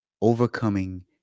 overcoming